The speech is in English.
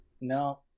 No